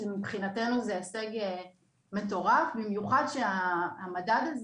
שמבחינתנו זה הישג מטורף במיוחד כשהמדד הזה